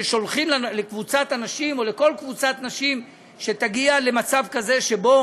ששולחים לקבוצת הנשים או לכל קבוצת נשים שתגיע למצב שבו